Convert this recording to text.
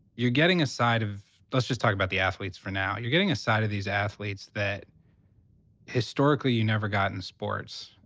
you're getting a side. let's just talk about the athletes for now. you're getting a side of these athletes that historically you never got in sports.